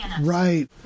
right